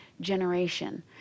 generation